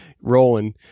rolling